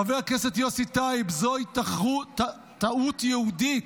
חבר הכנסת יוסי טייב, זוהי טעות יהודית,